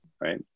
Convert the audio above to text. right